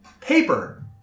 Paper